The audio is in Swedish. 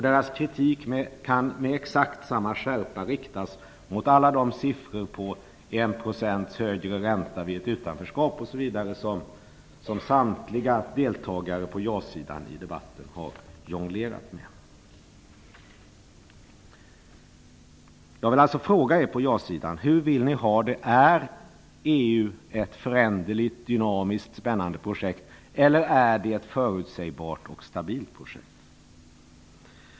Deras kritik kan med exakt samma skärpa riktas mot t.ex. siffrorna om att det blir 1 % högre ränta vid ett utanförskap, som samtliga deltagare på ja-sidan har jonglerat med i debatten. Jag vill alltså fråga er på ja-sidan hur ni vill ha det. Är EU ett föränderligt, dynamiskt och spännande projekt, eller är det ett förutsägbart och stabilt projekt?